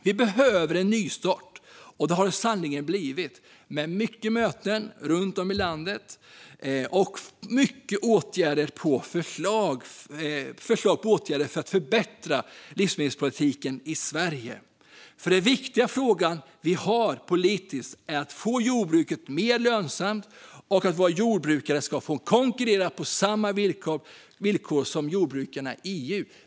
Vi behöver en nystart, och det har det sannerligen blivit med många möten runt om i landet och förslag på åtgärder för att förbättra livsmedelspolitiken i Sverige. Det är den viktigaste frågan vi har politiskt - att få jordbruket mer lönsamt och att våra jordbrukare kan få konkurrera på samma villkor som de andra jordbrukarna i EU.